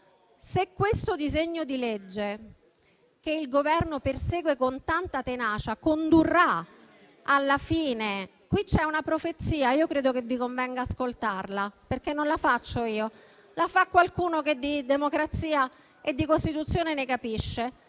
Se questo disegno di legge che il Governo persegue con tanta tenacia condurrà alla fine» - qui c'è una profezia e credo che vi convenga ascoltarla, perché non la faccio io, ma la fa qualcuno che di democrazia e di Costituzione ne capisce